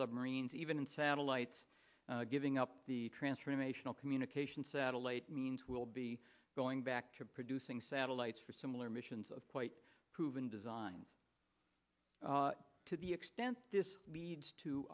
submarines even in satellites giving up the transformational communication satellite means we'll be going back to producing satellites for similar missions of quite proven designs to the extent this leads to